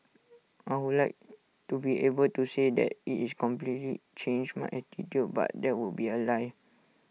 I would like to be able to say that IT is completely changed my attitude but that would be A lie